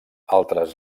altres